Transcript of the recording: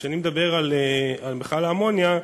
כשאני מדבר על מכל האמוניה,